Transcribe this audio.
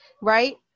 Right